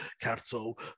Capital